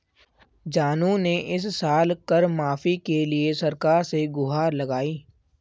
जानू ने इस साल कर माफी के लिए सरकार से गुहार लगाई